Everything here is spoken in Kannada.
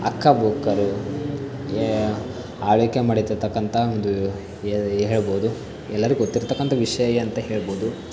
ಹಕ್ಕ ಬುಕ್ಕರು ಆಳ್ವಿಕೆ ಮಾಡಿರ್ತಕ್ಕಂತಹ ಒಂದು ಏ ಹೇಳ್ಬೋದು ಎಲ್ಲರಿಗೂ ಗೊತ್ತಿರ್ತಕ್ಕಂಥ ವಿಷಯ ಅಂತ ಹೇಳ್ಬೋದು